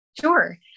Sure